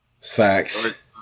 Facts